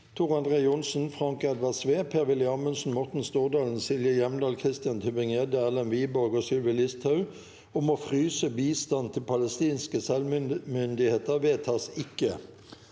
Tor André Johnsen, Frank Edvard Sve, Per-Willy Amundsen, Morten Stordalen, Silje Hjemdal, Christian TybringGjedde, Erlend Wiborg og Sylvi Listhaug om å fryse bistand til palestinske selvstyremyndigheter – vedtas ikke.